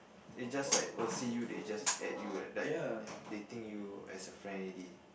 they just like oh see you they just add you like they think you as a friend already